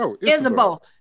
Isabel